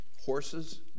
horses